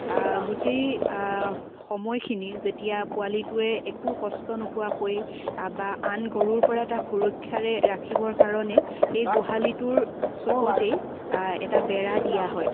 গোটেই সময়খিনি যেতিয়া পোৱালিটোৱে একো কষ্ট নোপোৱাকৈ বা আন গৰুৰ পৰা তাক সুৰক্ষাৰে ৰাখিবৰ কাৰণে সেই গোহালিটোৰ চুকতেই এটা বেৰা দিয়া হয়